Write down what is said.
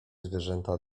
zwierzęta